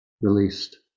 released